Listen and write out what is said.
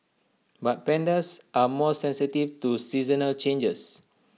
but pandas are more sensitive to seasonal changes